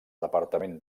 departament